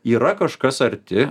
yra kažkas arti